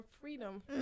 freedom